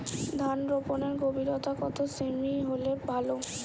ধান রোপনের গভীরতা কত সেমি হলে ভালো?